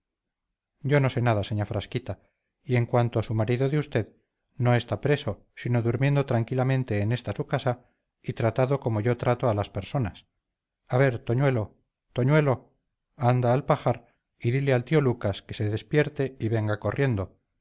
yo no sé nada señá frasquita y en cuanto a su marido de usted no está preso sino durmiendo tranquilamente en esta su casa y tratado como yo trato a las personas a ver toñuelo toñuelo anda al pajar y dile al tío lucas que se despierte y venga corriendo